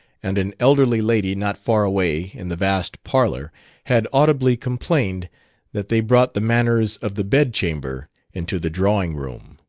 and an elderly lady not far away in the vast parlor had audibly complained that they brought the manners of the bed-chamber into the drawing-room.